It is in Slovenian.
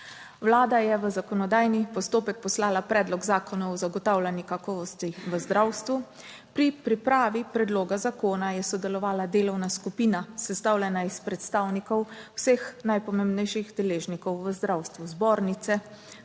Vlada je v zakonodajni postopek poslala predlog zakona o zagotavljanju kakovosti v zdravstvu. Pri pripravi predloga zakona je sodelovala delovna skupina sestavljena iz predstavnikov vseh najpomembnejših deležnikov v zdravstvu, zbornice,